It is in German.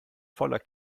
voller